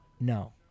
No